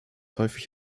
häufig